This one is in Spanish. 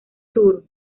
tour